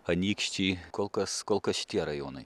anykščiai kol kas kol kas šitie rajonai